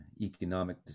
economic